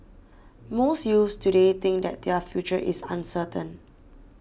most youths today think that their future is uncertain